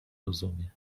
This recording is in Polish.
rozumie